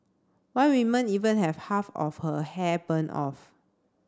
one women even had half her hair burned off